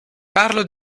carlo